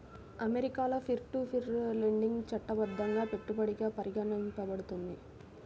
అమెరికాలో peer to peer lending చట్టబద్ధంగా పెట్టుబడిగా పరిగణించబడుతుంది